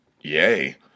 Yay